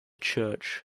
church